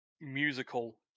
musical